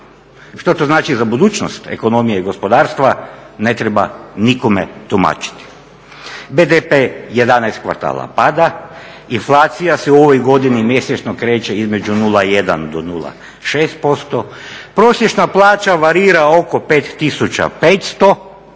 Što to znači za budućnost ekonomije i gospodarstva ne treba nikome tumačiti. BDP 11 kvartala pada, inflacija se u ovoj godini mjesečno kreće između 0,1 do 0,6%, prosječna plaća varira oko 5500